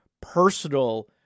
personal